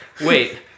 wait